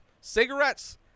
cigarettes